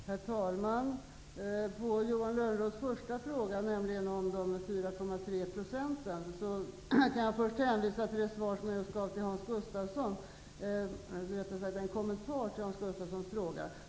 Herr talman! Som svar på Johan Lönnroths första fråga, om de 4,3 %, kan jag först hänvisa till den kommentar jag nyss gav till Hans Gustafsson.